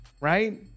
right